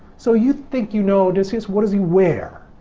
so, you think you know odysseus, what does he wear?